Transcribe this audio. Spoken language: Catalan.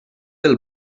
del